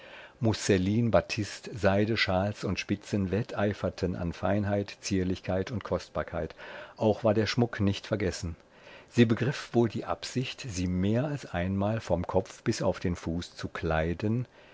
musselin batist seide schals und spitzen wetteiferten an feinheit zierlichkeit und kostbarkeit auch war der schmuck nicht vergessen sie begriff wohl die absicht sie mehr als einmal vom kopf bis auf den fuß zu kleiden